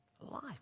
Life